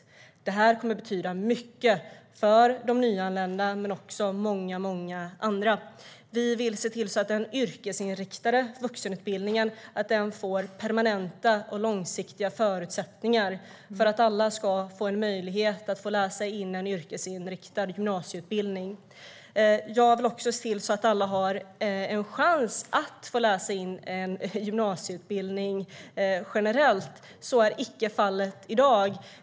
Det kommer att betyda mycket för de nyanlända men också många andra. Vi vill se till att den yrkesinriktade vuxenutbildningen får permanenta och långsiktiga förutsättningar för att alla ska få en möjlighet att läsa in en yrkesinriktad gymnasieutbildning. Jag vill också se till att alla har en chans att läsa in en gymnasieutbildning generellt. Så är icke fallet i dag.